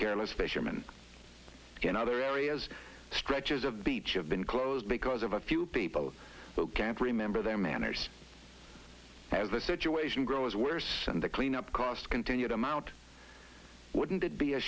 careless fisherman in other areas stretches of beach have been closed because of a few people who can't remember their manners as the situation grows worse and the clean up costs continue to mount wouldn't it be a